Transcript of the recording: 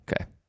Okay